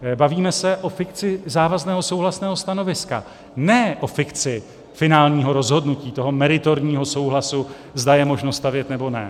Bavíme se o fikci závazného souhlasného stanoviska, ne o fikci finálního rozhodnutí, meritorního souhlasu, zda je možno stavět, nebo ne.